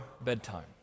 bedtime